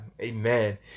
Amen